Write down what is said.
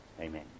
Amen